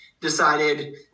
decided